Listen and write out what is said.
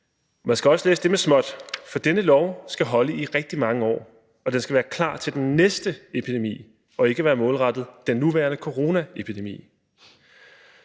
Man skal også læse det med småt, for denne lov skal holde i rigtig mange år, og den skal være klar til den næste epidemi og ikke være målrettet den nuværende coronaepidemi.